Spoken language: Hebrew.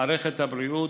מערכת הבריאות,